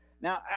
Now